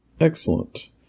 excellent